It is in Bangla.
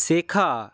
শেখা